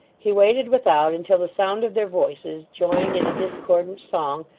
he waited without, until the sound of their voices, joined in a discordant song,